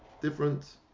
different